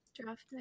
Draft